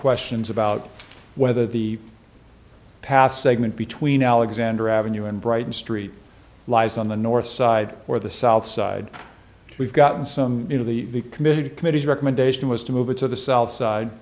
questions about whether the past segment between alexander ave and brighton street lies on the north side or the south side we've gotten some of the committee committees recommendation was to move it to the south side